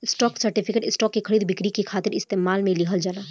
stock certificate, stock के खरीद बिक्री खातिर इस्तेमाल में लिहल जाला